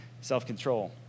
self-control